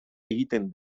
egiten